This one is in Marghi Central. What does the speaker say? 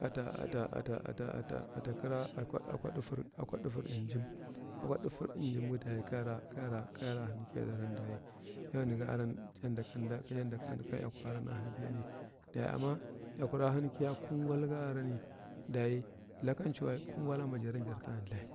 Ata, ata, ata, ata, ata, ata kara akwa, akwa dafar, kwa dafar amjim, akwa dafar amjimgi dayi kayara ban kiyadaran dayi yo nagaran uarda kamda, yan da kan, yanda ka eyakuga aran, a hankiyaderan ɗainya, dayi amma eyalkura han kiya akwa kungulga aran dayi lakan cuwa kungallamwa jarta ltha.